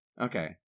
Okay